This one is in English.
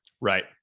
Right